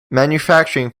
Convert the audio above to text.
manufacturing